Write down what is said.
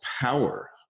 power